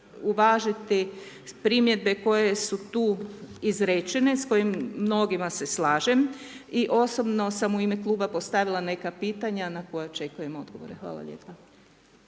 uvažiti primjedbe koje su tu izrečene, s kojima mnogima se slažem. I osobno sam u ime kluba postavila neka pitanja na koja očekujem odgovore. Hvala lijepa.